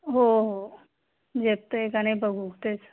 हो हो झेपतं आहे का नाही बघू तेच